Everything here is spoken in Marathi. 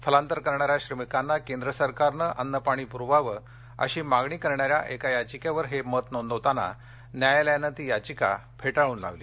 स्थलांतर करणाऱ्या श्रमिकांना केंद्र सरकारनं अन्नपाणी पुरवावं अशी मागणी करणाऱ्या एका याचिकेवर हे मत नोंदवताना न्यायालयानं ती याचिका फेटाळून लावली